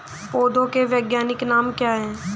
पौधों के वैज्ञानिक नाम क्या हैं?